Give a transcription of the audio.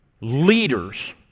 Leaders